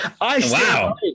wow